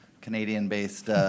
Canadian-based